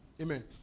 Amen